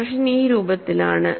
expression ഈ രൂപത്തിലാണ്